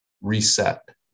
reset